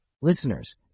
Listeners